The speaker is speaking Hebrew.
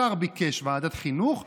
השר ביקש ועדת חינוך,